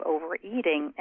Overeating